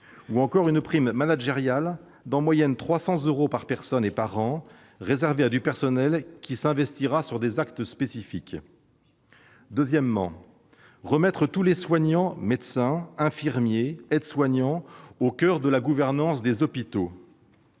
; une prime managériale de 300 euros en moyenne par personne et par an, réservée à des personnels qui s'investiront dans des actes spécifiques. Deuxièmement, il faut « remettre tous les soignants, médecins, infirmiers, aides-soignants au coeur de la gouvernance des hôpitaux